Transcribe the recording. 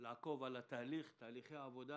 לעקוב אחר תהליכי העבודה